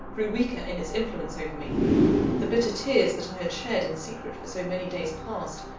grew weaker in its influence over me the bitter tears that i had shed in secret for so many days past,